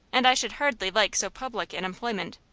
and i should hardly like so public an employment.